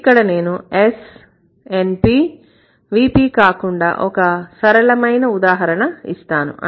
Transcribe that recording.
ఇక్కడ నేను S NP VP కాకుండా ఒక సరళమైన ఉదాహరణ ఇస్తాను